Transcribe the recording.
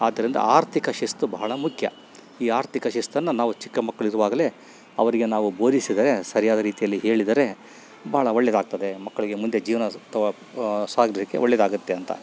ಆದ್ದರಿಂದ ಆರ್ಥಿಕ ಶಿಸ್ತು ಬಹಳ ಮುಖ್ಯ ಈ ಆರ್ಥಿಕ ಶಿಸ್ತನ್ನು ನಾವು ಚಿಕ್ಕಮಕ್ಕಳಿರುವಾಗಲೇ ಅವರಿಗೆ ನಾವು ಬೋಧಿಸಿದರೆ ಸರಿಯಾದ ರೀತಿಯಲ್ಲಿ ಹೇಳಿದರೆ ಭಾಳ ಒಳ್ಳೆಯದಾಗ್ತದೆ ಮಕ್ಕಳಿಗೆ ಮುಂದೆ ಜೀವನ ಸಾಗಲಿಕ್ಕೆ ಒಳ್ಳೆಯದಾಗತ್ತೆ ಅಂತ